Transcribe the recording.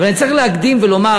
אבל אני צריך להקדים ולומר.